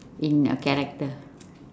in a character